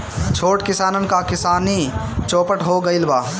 छोट किसानन क किसानी चौपट हो गइल बा